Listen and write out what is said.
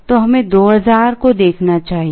तो हमें 2000 को देखना चाहिए